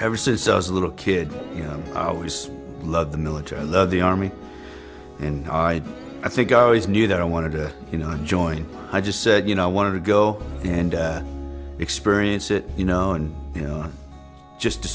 ever since i was a little kid you know i always love the military i love the army and i i think i always knew that i wanted to you know join i just said you know i wanted to go and experience it you know and you know just to